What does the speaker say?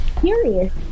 curious